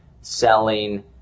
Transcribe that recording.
selling